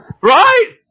right